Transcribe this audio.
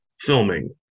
filming